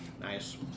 Nice